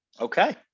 Okay